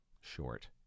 short